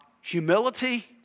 Humility